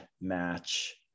match